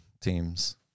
teams